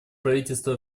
правительство